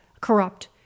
corrupt